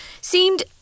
seemed